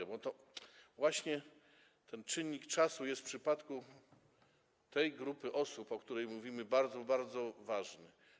Dlatego, że to właśnie czynnik czasu jest w przypadku tej grupy osób, o której mówimy, bardzo, bardzo ważny.